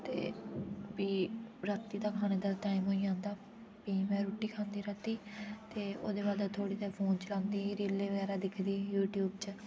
ते भी रातीं दा खाने दा टाइम होई जंदा भी में रुट्टी खांदी रातीं ते ओह्दे बाद थोह्ड़ी देर फ़ोन चलान्दी रीलें बगैरा दिक्खदी यूट्यूब च